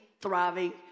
thriving